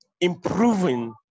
improving